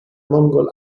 mongol